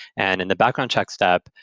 and in the background check stop,